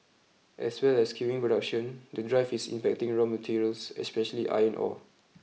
as well as skewing production the drive is impacting raw materials especially iron ore